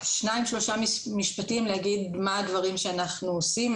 בשניים-שלושה משפטים להגיד מה הדברים שאנחנו עושים.